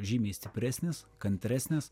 žymiai stipresnis kantresnis